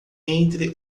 entre